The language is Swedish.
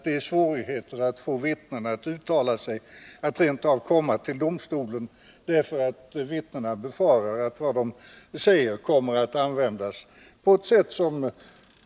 Det är svårigheter att få vittnen att uttala sig och rent av att få dem att komma till domstolen, därför att de befarar att det de säger kommer att användas på ett sätt som kan vålla dem besvär och obehag.